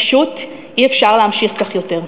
פשוט אי-אפשר להמשיך כך יותר,